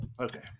Okay